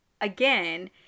again